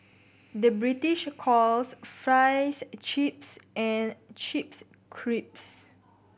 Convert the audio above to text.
the British calls fries chips and chips crisps